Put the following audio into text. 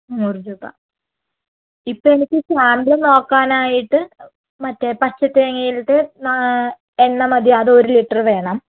നൂറ് രൂപ ഇപ്പം എനിക്ക് സാമ്പിള് നോക്കാനായിട്ട് മറ്റേ പച്ചതേങ്ങയിലിട്ട് നാ എണ്ണ മതി അത് ഒരുലിറ്ററ് വേണം